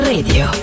Radio